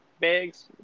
bags